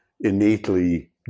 innately